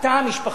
התא המשפחתי,